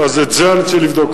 אז את זה אני צריך לבדוק.